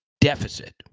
deficit